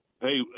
hey